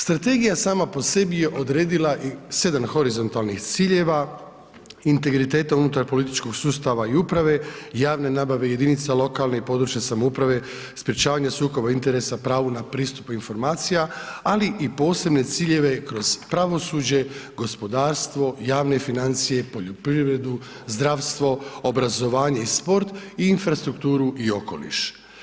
Strategija sama po sebi je odredila 7 horizontalnih ciljeva integriteta unutar političkog sustava i uprave, javne nabave, jedinica lokalne i područne samouprave, sprječavanje sukoba interesa, pravu na pristup informacija, ali i posebne ciljeve kroz pravosuđe, gospodarstvo, javne financije, poljoprivredu, zdravstvo, obrazovanje i sport i infrastrukturu i okoliš.